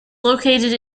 located